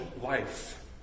life